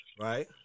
right